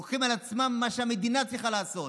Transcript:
לוקחים על עצמם את מה שהמדינה צריכה לעשות.